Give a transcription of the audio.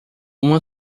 uma